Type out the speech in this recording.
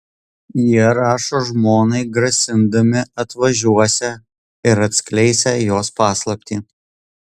jie rašo žmonai grasindami atvažiuosią ir atskleisią jos paslaptį